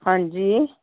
ਹਾਂਜੀ